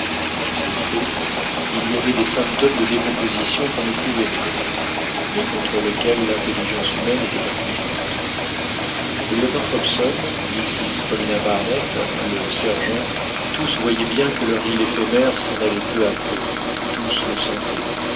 dans ces faits il y avait des symptômes de décomposition qu'on ne pouvait méconnaître mais contre lesquels l'intelligence humaine était impuissante le lieutenant hobson mrs paulina barnett le sergent tous voyaient bien que leur île éphémère s'en allait peu à peu tous le